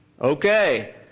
Okay